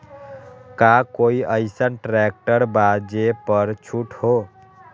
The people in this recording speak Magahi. का कोइ अईसन ट्रैक्टर बा जे पर छूट हो?